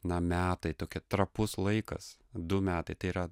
na metai tokia trapus laikas du metai tai yra